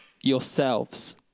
yourselves